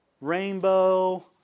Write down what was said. rainbow